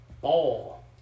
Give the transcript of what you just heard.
ball